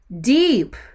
Deep